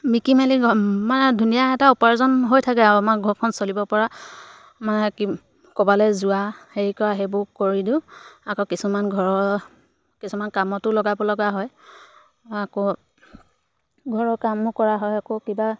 বিকি মেলি মানে ধুনীয়া এটা উপাৰ্জন হৈ থাকে আৰু আমাৰ ঘৰখন চলিব পৰা মানে কি ক'ৰবালৈ যোৱা হেৰি কৰা সেইবোৰ কৰি দিওঁ আকৌ কিছুমান ঘৰৰ কিছুমান কামতো লগাব লগা হয় আকৌ ঘৰৰ কামো কৰা হয় আকৌ কিবা